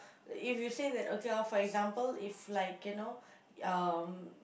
if you say that okay loh for example if like you know um